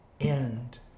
end